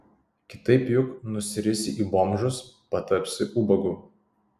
kitaip juk nusirisi į bomžus patapsi ubagu